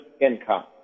income